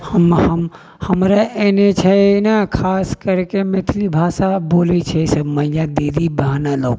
हमरा एने छै ने खास करि के मैथिली भाषा बोलै छै से मैया दीदी बहन लोग